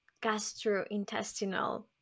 gastrointestinal